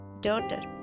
daughter